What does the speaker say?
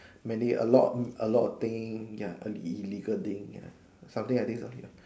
many a lot a lot of thing ya ill~ illegal thing ya something like this lor ya